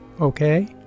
okay